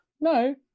No